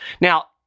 Now